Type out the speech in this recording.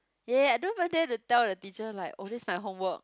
ya ya ya don't even dare to tell the teacher like oh that's my homework